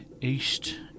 east